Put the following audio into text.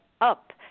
up